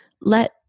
let